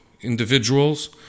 individuals